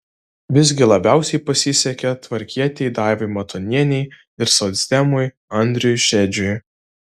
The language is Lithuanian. visgi labiausiai pasisekė tvarkietei daivai matonienei ir socdemui andriui šedžiui